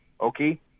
okay